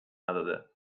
نداده